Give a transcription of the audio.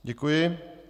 Děkuji.